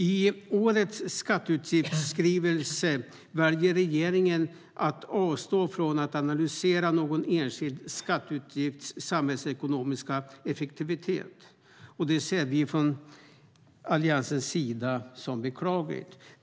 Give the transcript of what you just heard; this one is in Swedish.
I årets skatteutgiftsskrivelse väljer regeringen att avstå från att analysera någon enskild skatteutgifts samhällsekonomiska effektivitet. Det ser Alliansen som beklagligt.